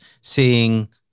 seeing